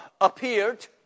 appeared